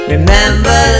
Remember